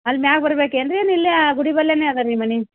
ಅಲ್ಲಿ ಮ್ಯಾಲ್ ಬರಬೇಕೇನ್ರೀ ಏನು ಇಲ್ಲ ಗುಡಿ ಬಳಿನೇ ಇದೇರಿ ನಿಮ್ಮ ಮನೆ